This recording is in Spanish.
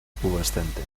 pubescente